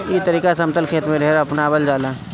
ई तरीका समतल खेत में ढेर अपनावल जाला